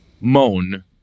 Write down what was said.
moan